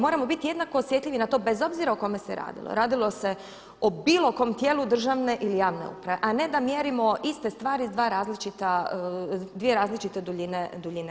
Moramo biti jednako osjetljivi na to bez obzira o kome se radilo, radilo se o bilo kojem tijelu državne ili javne uprave a ne d mjerimo iste stvari s dva različita, dvije različite duljine